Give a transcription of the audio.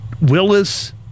Willis